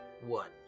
one